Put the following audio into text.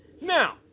Now